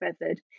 method